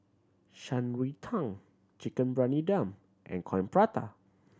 Shan Rui Tang Chicken Briyani Dum and Coin Prata